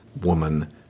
woman